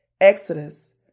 Exodus